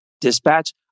dispatch